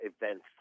events